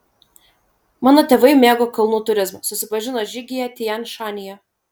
mano tėvai mėgo kalnų turizmą susipažino žygyje tian šanyje